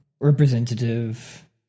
Representative